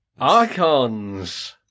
Icons